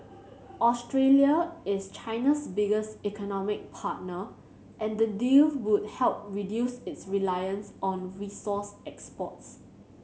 Australia is China's biggest economic partner and the deal would help reduce its reliance on resource exports